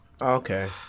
Okay